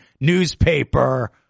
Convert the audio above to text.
newspaper